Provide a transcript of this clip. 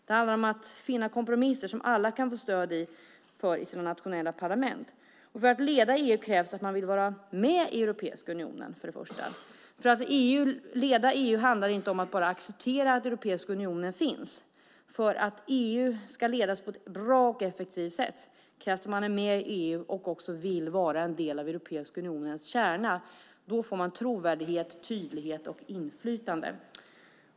Det handlar om att finna kompromisser som alla kan få stöd för i sina nationella parlament. För att leda EU krävs att man vill vara med i EU. Att leda EU handlar inte om att bara acceptera att Europeiska unionen finns. För att EU ska ledas på ett bra och effektivt sätt krävs att man är med i EU och också vill vara en del av Europeiska unionens kärna. Då får man trovärdighet, tydlighet och inflytande.